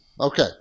Okay